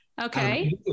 okay